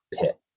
pit